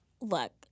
Look